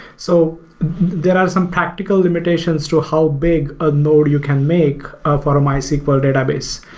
so there are some practical limitations to how big a node you can make ah for a mysql database.